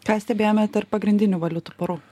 ką stebėjome tarp pagrindinių valiutų porų